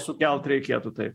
sukelt reikėtų taip